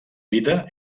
vida